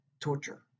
torture